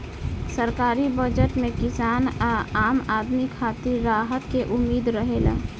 सरकारी बजट में किसान आ आम आदमी खातिर राहत के उम्मीद रहेला